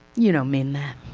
you know mean that.